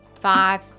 Five